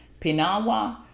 Pinawa